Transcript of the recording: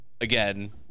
again